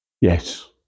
Yes